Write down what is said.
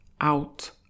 Out